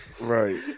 Right